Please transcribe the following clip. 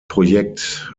projekt